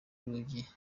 urugi